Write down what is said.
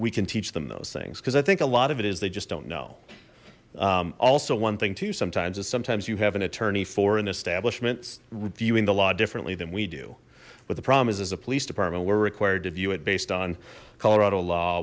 we can teach them those things because i think a lot of it is they just don't know also one thing sometimes is sometimes you have an attorney for an establishment reviewing the law differently than we do but the problem is as a police department we're required to view it based on colorado law